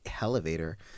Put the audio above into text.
elevator